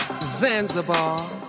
Zanzibar